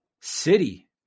city